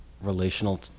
relational